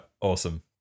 awesome